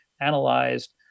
analyzed